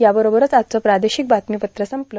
याबरोबरच आजचं प्रार्दोशक बातमीपत्र संपलं